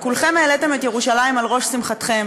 כולכם העליתם את ירושלים על ראש שמחתכם,